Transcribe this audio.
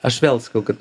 aš vėl sakau kad